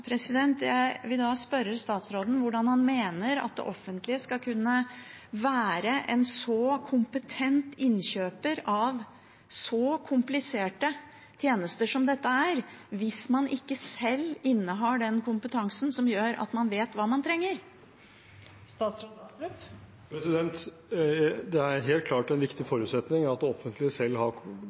Jeg vil spørre statsråden hvordan han mener at det offentlige skal kunne være en så kompetent innkjøper av så kompliserte tjenester som dette hvis man ikke selv innehar den kompetansen som gjør at man vet hva man trenger? Det er helt klart en viktig forutsetning at det offentlige selv har